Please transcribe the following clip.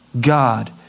God